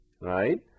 right